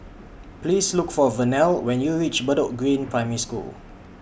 Please Look For Vernelle when YOU REACH Bedok Green Primary School